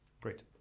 Great